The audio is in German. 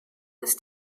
ist